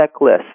checklist